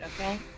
okay